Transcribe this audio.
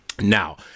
Now